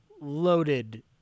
loaded